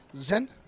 zen